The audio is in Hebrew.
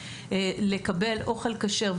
לקבל אוכל כשר.